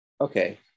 Okay